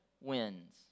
wins